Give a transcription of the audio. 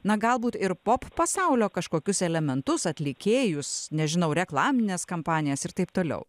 na galbūt ir pop pasaulio kažkokius elementus atlikėjus nežinau reklamines kampanijas ir taip toliau